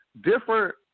different